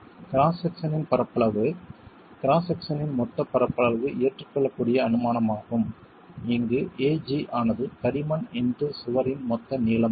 cross செக்சனின் பரப்பளவு cross செக்சனின் மொத்த பரப்பளவு ஏற்றுக்கொள்ளக்கூடிய அனுமானமாகும் இங்கு Ag ஆனது தடிமன் இன்டு சுவரின் மொத்த நீளம் ஆகும்